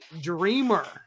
Dreamer